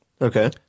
Okay